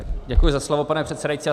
Děkuji za slovo, pane předsedající.